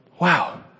wow